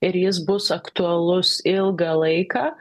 ir jis bus aktualus ilgą laiką